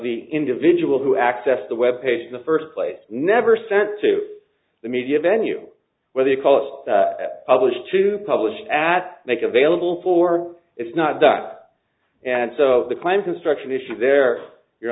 the individual who access the web page in the first place never sent to the media venue whether you call it publish to publish at make available for it's not done and so the claim construction issue there you